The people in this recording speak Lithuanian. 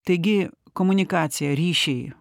taigi komunikacija ryšiai